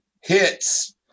hits